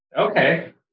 Okay